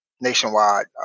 nationwide